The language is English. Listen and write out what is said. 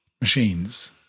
machines